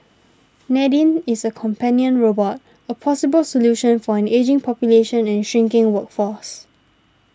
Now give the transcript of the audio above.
Nadine is a companion robot a possible solution for an ageing population and shrinking workforce